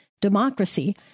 Democracy